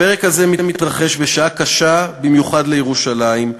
הפרק הזה מתרחש בשעה קשה במיוחד לירושלים,